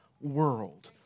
world